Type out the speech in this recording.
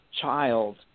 child